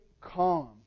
calm